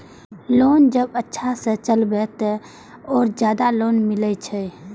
Loan जब अच्छा से चलेबे तो और ज्यादा लोन मिले छै?